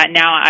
now